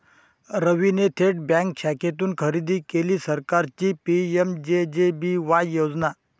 रवीने थेट बँक शाखेतून खरेदी केली सरकारची पी.एम.जे.जे.बी.वाय योजना